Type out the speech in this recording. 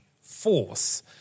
force